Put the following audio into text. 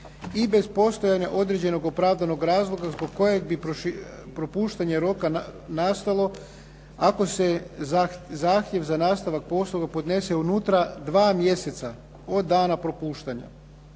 i bez postojanja određenog opravdanog razloga zbog kojeg bi propuštanje roka nastalo ako se zahtjev za nastavak poslova podnese unutra dva mjeseca od dana propuštanja.